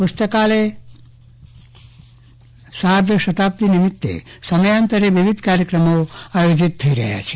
પુસ્તકાલય દ્વારા સાર્ધ શતાબ્દી નિમિત્તે સમયાંતરે વિવિધ કાર્યક્રમો આયોજીત થઈ રહ્યા છે